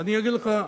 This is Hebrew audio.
ואני אגיד לך,